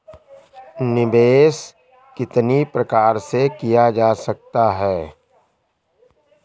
निवेश कितनी प्रकार से किया जा सकता है?